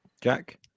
Jack